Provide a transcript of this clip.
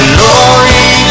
Glory